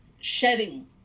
shedding